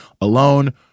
alone